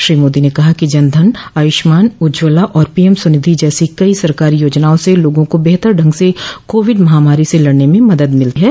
श्री मोदी ने कहा कि जन धन आयुष्मान उज्ज्वला और पीएम स्वनिधि जैसी कई सरकारी योजनाओं से लोगों को बेहतर ढंग से कोविड महामारी से लड़ने में मदद मिली है